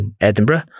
Edinburgh